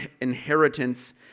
inheritance